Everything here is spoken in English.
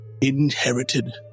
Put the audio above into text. inherited